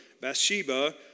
Bathsheba